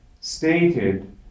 stated